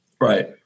Right